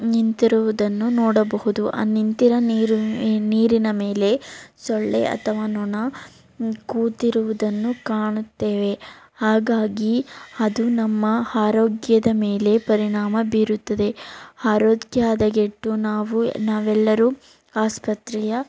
ನಿಂತಿರುವುದನ್ನು ನೋಡಬಹುದು ಆ ನಿಂತಿರೋ ನೀರು ನೀರಿನ ಮೇಲೆ ಸೊಳ್ಳೆ ಅಥವಾ ನೊಣ ಕೂತಿರುವುದನ್ನು ಕಾಣುತ್ತೇವೆ ಹಾಗಾಗಿ ಅದು ನಮ್ಮ ಆರೋಗ್ಯದ ಮೇಲೆ ಪರಿಣಾಮ ಬೀರುತ್ತದೆ ಆರೋಗ್ಯ ಹದಗೆಟ್ಟು ನಾವು ನಾವೆಲ್ಲರೂ ಆಸ್ಪತ್ರೆಯ